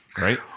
Right